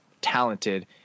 talented